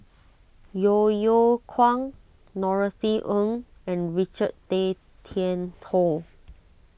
Yeo Yeow Kwang Norothy Ng and Richard Tay Tian Hoe